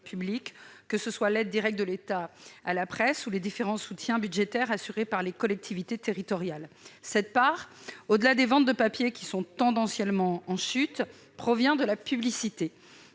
publics, que ce soit au travers de l'aide directe de l'État à la presse ou des différents soutiens budgétaires assurés par les collectivités territoriales. Cette capacité, au-delà des ventes de papier, qui sont tendanciellement en chute, provient de la publicité.